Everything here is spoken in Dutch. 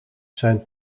zijn